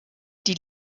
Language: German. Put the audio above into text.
die